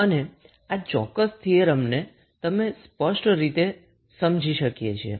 અને આ ચોક્કસ થીયરમને તમે સ્પષ્ટ રીતે સમજી શકીએ છીએ